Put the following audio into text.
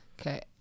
okay